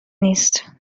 نیست